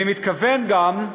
אני מתכוון גם,